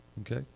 okay